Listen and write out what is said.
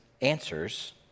answers